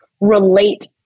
relate